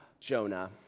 Jonah